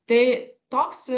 tai toks